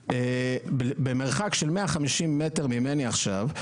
במרחק של 150 מטר ממני עכשיו,